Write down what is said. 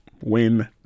win